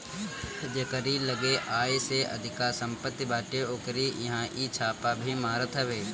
जेकरी लगे आय से अधिका सम्पत्ति बाटे ओकरी इहां इ छापा भी मारत हवे